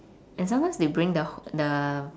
and sometimes they bring the h~ the